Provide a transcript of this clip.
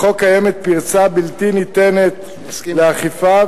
בחוק קיימת פרצה בלתי ניתנת לאכיפה,